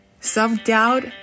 self-doubt